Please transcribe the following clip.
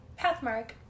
Pathmark